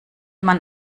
man